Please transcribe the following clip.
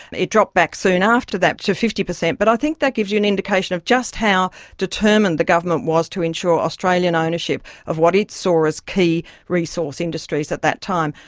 it dropped back soon after that to fifty per cent, but i think that gives you an indication of just how determined the government was to ensure australian ownership of what it saw as key resource industries at that time.